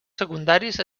secundaris